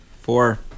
Four